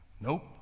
nope